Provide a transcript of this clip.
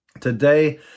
Today